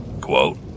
quote